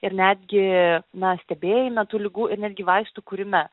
ir netgi na stebėjime tų ligų ir netgi vaistų kūrime